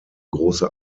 große